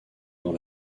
dans